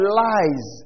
lies